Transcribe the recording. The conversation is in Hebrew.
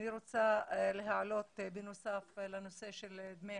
אני רוצה להעלות בנוסף לנושא של דמי